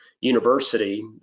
university